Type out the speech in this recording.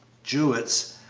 jewett's,